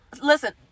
Listen